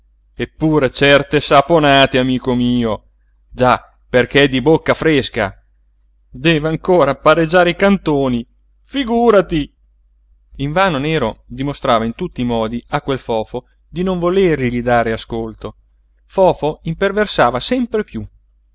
eppure certe saponate amico mio già perché è di bocca fresca deve ancor pareggiare i cantoni figúrati invano nero dimostrava in tutti i modi a quel fofo di non volergli dare ascolto fofo imperversava sempre piú